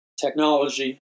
technology